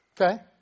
Okay